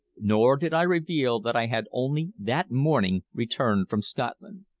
nor did i reveal that i had only that morning returned from scotland.